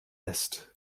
lässt